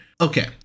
okay